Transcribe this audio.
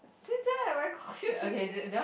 since when have I call him turkey